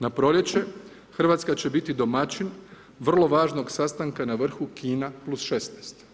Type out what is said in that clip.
Na proljeće, Hrvatska će biti domaćin vrlo važnog sastanka na vrhu Kina +16.